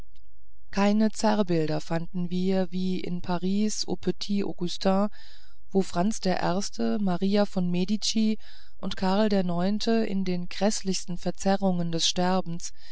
keine zerrbilder fanden wir wie in paris aux petits augustins wo franz der erste maria von medici und karl der neunte in den gräßlichsten verzerrungen des sterbens